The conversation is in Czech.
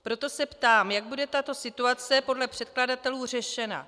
Proto se ptám, jak bude tato situace podle předkladatelů řešena.